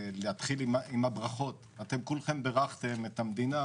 להתחיל עם הברכות, אתם כולכם ברכתם את המדינה